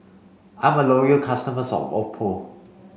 I'm a loyal customer of Oppo